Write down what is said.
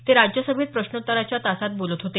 ते राज्यसभेत प्रश्नोत्तराच्या तासात बोलत होते